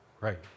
Right